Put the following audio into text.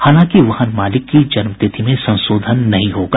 हालांकि वाहन मालिक की जन्म तिथि में संशोधन नहीं होगा